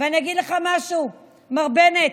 ואני אגיד לך משהו, מר בנט.